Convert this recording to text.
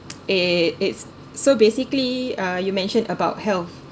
eh it's so basically uh you mentioned about health